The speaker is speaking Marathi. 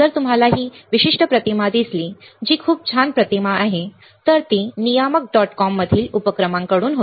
जर तुम्हाला ही विशिष्ट प्रतिमा दिसली जी खूप छान प्रतिमा आहे तर ती नियामक डॉट कॉममधील उपक्रमांकडून होती